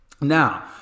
Now